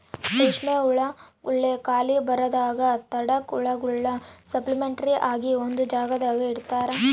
ರೇಷ್ಮೆ ಹುಳುಗುಳ್ಗೆ ಖಾಲಿ ಬರದಂಗ ತಡ್ಯಾಕ ಹುಳುಗುಳ್ನ ಸಪರೇಟ್ ಆಗಿ ಒಂದು ಜಾಗದಾಗ ಇಡುತಾರ